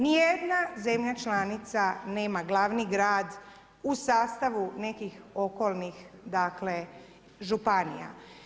Ni jedna zemlja članica nema glavni grad u sastavu nekih okolnih, dakle županija.